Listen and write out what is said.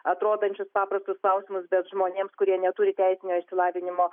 atrodančius paprastus klausimus bet žmonėms kurie neturi teisinio išsilavinimo